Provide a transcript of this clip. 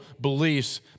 beliefs